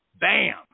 bam